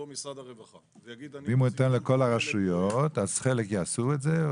משרד הרווחה ויגיד שהוא נותן --- אז חלק יעשו את זה.